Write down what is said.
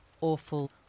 awful